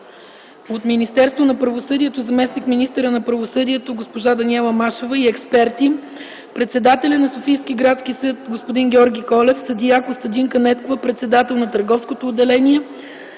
от Министерство на правосъдието заместник-министърът госпожа Даниела Машева и експерти, председателят на Софийския градски съд господин Георги Колев, съдия Костадинка Недкова – председател на търговското отделение